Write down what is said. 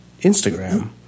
Instagram